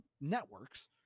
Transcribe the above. networks